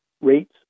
rates